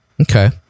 Okay